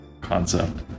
Concept